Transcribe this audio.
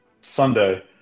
Sunday